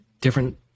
different